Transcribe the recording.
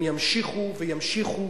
הם ימשיכו וימשיכו,